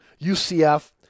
UCF